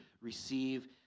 receive